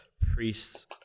priests